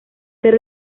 ser